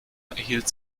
erhielt